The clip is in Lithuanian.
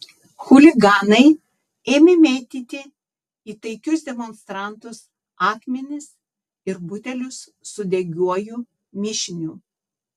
chuliganai ėmė mėtyti į taikius demonstrantus akmenis ir butelius su degiuoju mišiniu